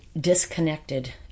disconnected